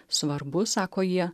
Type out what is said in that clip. svarbu sako jie